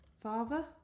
father